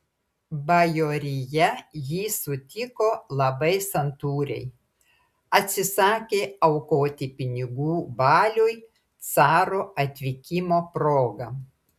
bajorija jį sutiko labai santūriai atsisakė aukoti pinigų baliui caro atvykimo proga